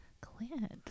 Clint